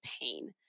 pain